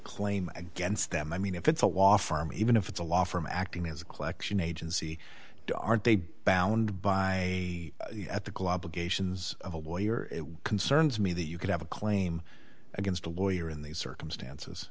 claim against them i mean if it's a law firm even if it's a law firm acting as a collection agency aren't they bound by at the glob legations of a lawyer it concerns me that you could have a claim against a lawyer in these circumstances